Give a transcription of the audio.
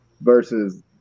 versus